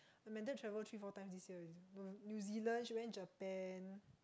Amanda travelled three four time this year already New-Zealand she went Japan